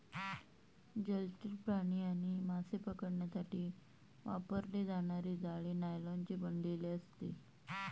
जलचर प्राणी आणि मासे पकडण्यासाठी वापरले जाणारे जाळे नायलॉनचे बनलेले असते